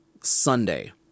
Sunday